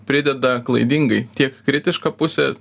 prideda klaidingai tiek kritiška pusė